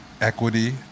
equity